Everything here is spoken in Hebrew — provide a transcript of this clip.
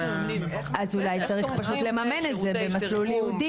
אז אולי צריך פשוט לממן את זה במסלול ייעודי,